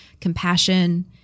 compassion